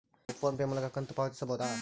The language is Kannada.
ನಾವು ಫೋನ್ ಪೇ ಮೂಲಕ ಕಂತು ಪಾವತಿಸಬಹುದಾ?